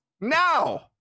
now